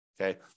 Okay